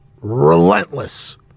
relentless